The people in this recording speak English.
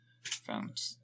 found